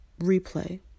replay